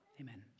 amen